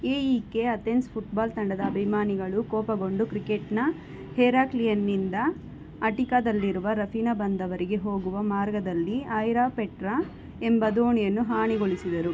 A E K Athens football ತಂಡದ ಅಭಿಮಾನಿಗಳು ಕೋಪಗೊಂಡು ಕ್ರಿಕೆಟ್ನ ಹೆರಾಕ್ಲಿಯನ್ನಿಂದ ಅಟಿಕಾದಲ್ಲಿರುವ ರಫಿನಾ ಬಂದರಿಗೆ ಹೋಗುವ ಮಾರ್ಗದಲ್ಲಿ ಆಯಿರಾಪೆಟ್ರಾ ಎಂಬ ದೋಣಿಯನ್ನು ಹಾನಿಗೊಳಿಸಿದರು